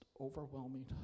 overwhelming